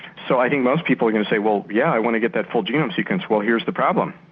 so i think most people are going to say well yeah, i want to get that full genome sequence well here's the problem.